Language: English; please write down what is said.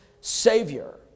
Savior